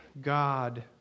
God